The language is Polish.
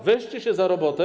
Weźcie się za robotę.